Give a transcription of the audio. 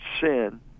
sin